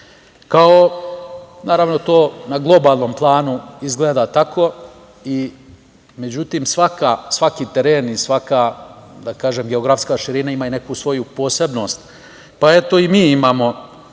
Naravno, to na globalnom planu izgleda tako, međutim, svaki teren i svaka geografska širina ima i neku svoju posebnost, pa eto i mi imamo